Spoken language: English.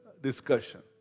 discussion